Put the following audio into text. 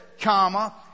comma